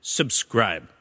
subscribe